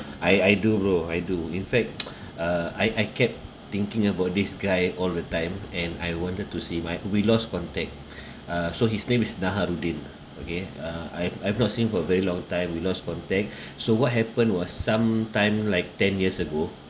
I I do bro I do in fact uh I I kept thinking about this guy all the time and I wanted to see my we lost contact uh so his name is nahar rudin lah okay uh I've I've not seen him for a very long time we lost contact so what happened was sometime like ten years ago